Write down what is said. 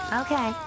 okay